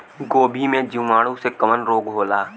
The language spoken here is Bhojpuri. गोभी में जीवाणु से कवन रोग होला?